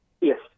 Yes